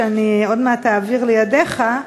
שאני עוד מעט אעביר לידיך,